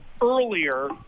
earlier